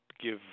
give